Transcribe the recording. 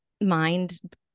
mind